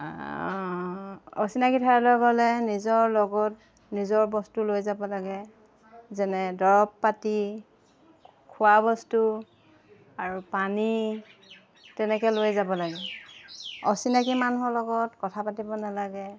অচিনাকি ঠাইলৈ গ'লে নিজৰ লগত নিজৰ বস্তু লৈ যাব লাগে যেনে দৰৱ পাতি খোৱা বস্তু আৰু পানী তেনেকৈ লৈ যাব লাগে অচিনাকি মানুহৰ লগত কথা পাতিব নালাগে